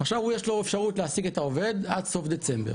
עכשיו הוא יש לו אפשרות להשיג את העובד עד סוף דצמבר,